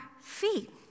feet